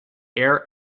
air